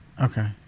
Okay